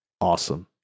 Awesome